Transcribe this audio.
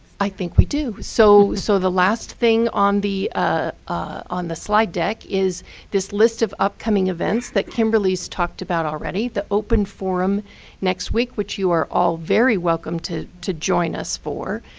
i think we do. so so the last thing on the ah on the slide deck is this list of upcoming events that kimberly's talked about already. the open forum next week, which you are all very welcome to to join us for.